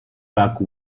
back